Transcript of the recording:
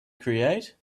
create